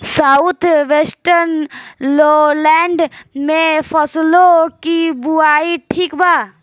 South western lowland में फसलों की बुवाई ठीक बा?